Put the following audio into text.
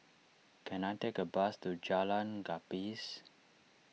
can I take a bus to Jalan Gapis